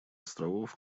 островов